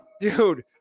Dude